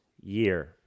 year